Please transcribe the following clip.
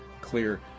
clear